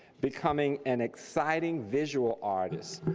becoming an exciting visual artist,